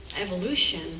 evolution